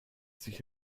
sich